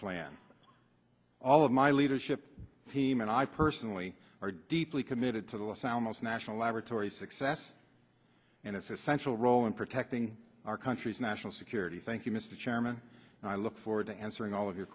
plan all of my leadership team and i personally are deeply committed to the los alamos national laboratory success and if essential role in protecting our country's national security thank you mr chairman and i look forward to answering all of your